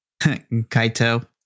Kaito